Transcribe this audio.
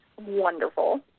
wonderful